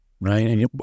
right